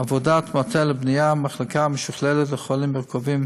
עבודת מטה לבניית מחלקה משוכללת לחולים מורכבים,